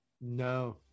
no